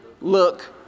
look